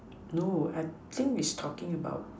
no I think he's talking about